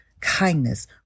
kindness